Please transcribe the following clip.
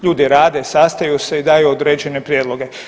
Ljudi rade, sastaju se i daju određene prijedloge.